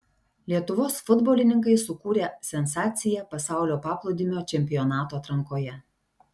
lietuvos futbolininkai sukūrė sensaciją pasaulio paplūdimio čempionato atrankoje